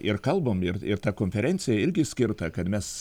ir kalbam ir ir ta konferencija irgi skirta kad mes